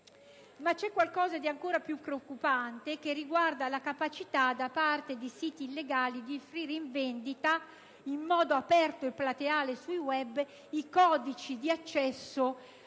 però qualcosa di ancora più preoccupante, che riguarda la capacità da parte di siti illegali di offrire in vendita in modo aperto e plateale sul *web* i codici di accesso